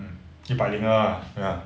mm 一百零二啊 ya